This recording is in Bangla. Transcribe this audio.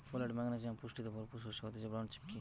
ফোলেট, ম্যাগনেসিয়াম পুষ্টিতে ভরপুর শস্য হতিছে ব্রাউন চিকপি